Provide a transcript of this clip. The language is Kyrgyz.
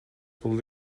болду